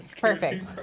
perfect